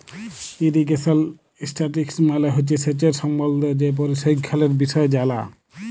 irrigation statistics মালে হছে সেঁচের সম্বল্ধে যে পরিসংখ্যালের বিষয় জালা